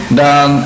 dan